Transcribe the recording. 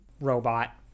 robot